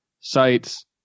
sites